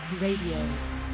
Radio